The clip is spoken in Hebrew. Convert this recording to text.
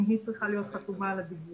אם היא צריכה להיות חתומה על הדיווח.